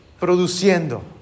produciendo